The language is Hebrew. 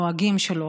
התעשייה.